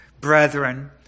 brethren